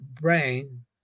brain